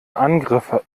angriffe